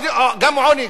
גם עוני,